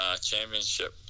Championship